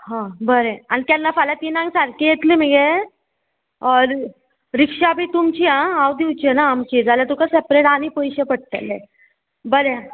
हां बरें आनी केन्ना फाल्यां तिनाक सारकी येतली मगे रिक्षा बी तुमची आं हांव दिवचे ना आमची जाल्यार तुका सेपरेट आनी पयशे पडटले बरें